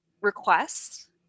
requests